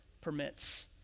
permits